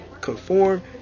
conform